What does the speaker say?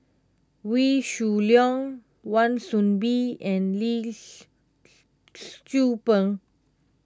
Wee Shoo Leong Wan Soon Bee and Lee Tzu Pheng